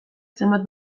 zenbat